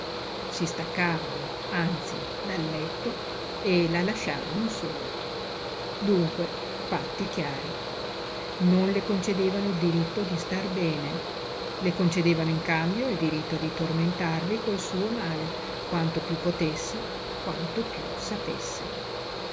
si staccavano anzi dal letto e la lasciavano sola dunque patti chiari non le concedevano il diritto di star bene le concedevano in cambio il diritto di tormentarli col suo male quanto piú potesse quanto piú sapesse